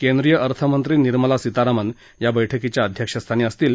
केंद्रीय अर्थमंत्री निर्मला सीतारामन या बैठकीच्या अध्यक्षस्थानी असतील